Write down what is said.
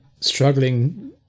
struggling